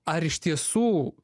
ar iš tiesų